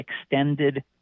extended